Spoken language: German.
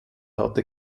hatte